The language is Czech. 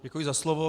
Děkuji za slovo.